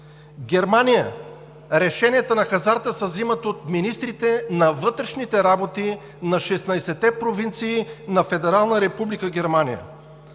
Германия решенията за хазарта се вземат от министрите на вътрешните работи на 16-те провинции на Федерална република Германия;